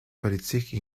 politique